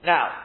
Now